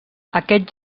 aquests